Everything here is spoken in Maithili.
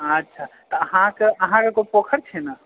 अच्छा तऽ अहाँक अहाँकेँ कोइ पोखरि छै ने